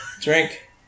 Drink